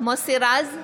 מוסי רז,